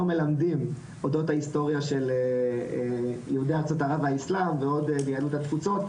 מלמדים אודות ההיסטוריה של יהודי ארצות ערב והאסלם ועוד יהדות התפוצות,